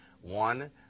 One